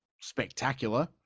spectacular